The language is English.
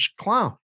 clown